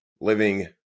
living